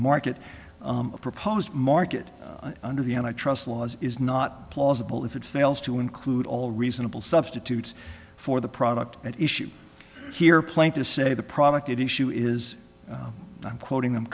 market proposed market under the antitrust laws is not plausible if it fails to include all reasonable substitutes for the product at issue here plain to say the product issue is i'm quoting them